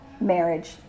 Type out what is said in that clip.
marriage